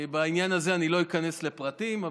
בעניין הזה אני לא איכנס לפרטים,